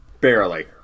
Barely